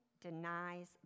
denies